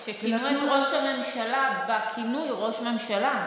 או שכינו את ראש הממשלה בכינוי "ראש ממשלה".